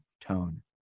tone